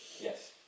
Yes